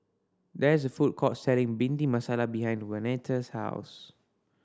there is a food court selling Bhindi Masala behind Waneta's house